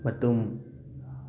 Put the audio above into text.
ꯃꯇꯨꯝ